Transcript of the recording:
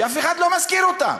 שאף אחד לא מזכיר אותם.